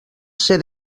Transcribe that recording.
ser